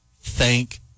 Thank